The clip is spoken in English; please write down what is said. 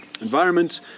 environment